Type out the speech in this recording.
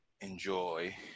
enjoy